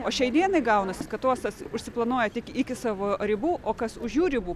o šiai dienai gaunasi kad uostas užsiplanuoja tik iki savo ribų o kas už jų ribų